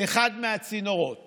אחד הצינורות